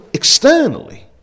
Externally